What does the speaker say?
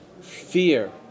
fear